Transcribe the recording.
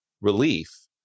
relief